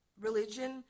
religion